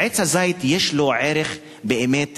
עץ הזית יש לו ערך תרבותי,